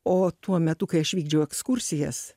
o tuo metu kai aš vykdžiau ekskursijas